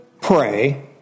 pray